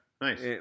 Nice